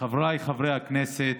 חבריי חברי הכנסת,